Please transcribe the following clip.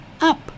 up